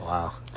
Wow